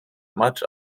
much